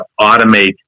automate